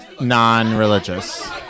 non-religious